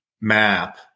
map